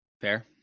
Fair